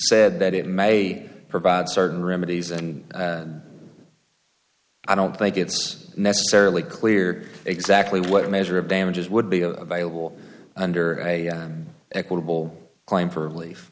said that it may provide certain remedies and i don't think it's necessarily clear exactly what measure of damages would be a viable under equitable claim for relief